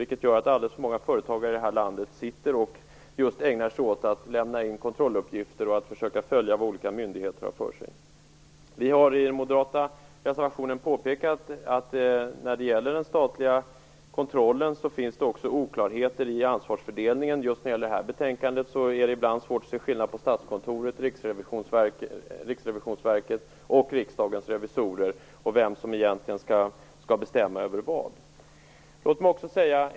Det gör att alldeles för många företagare i det här landet sitter och ägnar sig åt att just lämna i kontrolluppgifter och försöker följa vad olika myndigheter har för sig. I den moderata reservationen har vi påpekat att det finns oklarheter i ansvarsfördelningen när det gäller den statliga kontrollen. Just när det gäller det här betänkandet är det ibland svårt att se skillnad på Statskontoret, Riksrevisionsverket och Riksdagens revisorer och vem som egentligen skall bestämma över vad.